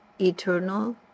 eternal